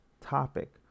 topic